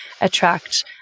attract